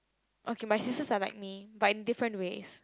okay my sisters are like me but in different ways